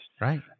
Right